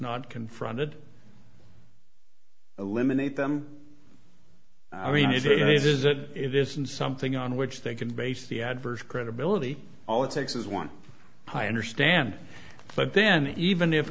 not confronted eliminate them i mean if he says that it isn't something on which they can base the adverse credibility all it takes is one i understand but then even if